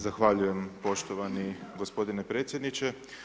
Zahvaljujem poštovani gospodine predsjedniče.